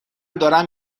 دارم